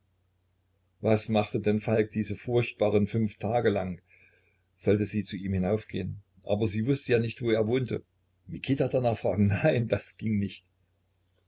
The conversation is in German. was machte denn falk diese furchtbaren fünf tage lang sollte sie zu ihm hinaufgehen aber sie wußte ja nicht wo er wohnte mikita danach fragen nein das ging nicht